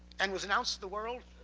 and was announced to the world,